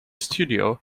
studio